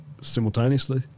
simultaneously